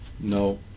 No